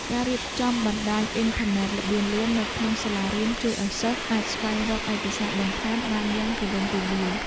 ការរៀបចំបណ្តាញអ៊ីនធឺណិតល្បឿនលឿននៅក្នុងសាលារៀនជួយឱ្យសិស្សអាចស្វែងរកឯកសារបន្ថែមបានយ៉ាងទូលំទូលាយ។